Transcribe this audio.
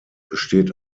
besteht